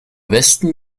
westen